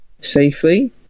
safely